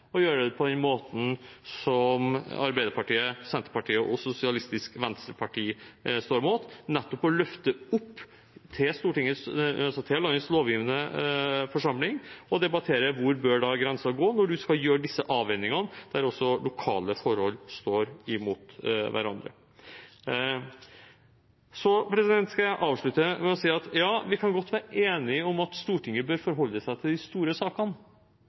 å gjøre det på den måten som Arbeiderpartiet, Senterpartiet og Sosialistisk Venstreparti står for, nettopp å løfte opp til landets lovgivende forsamling å debattere hvor grensen bør gå når man skal gjøre disse avveiningene der også lokale forhold står imot hverandre. Så skal jeg avslutte med å si at ja, vi kan godt være enige om at Stortinget bør forholde seg til de store sakene.